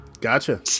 Gotcha